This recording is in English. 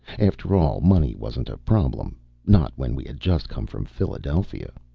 after all, money wasn't a problem not when we had just come from philadelphia.